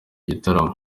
igitaramo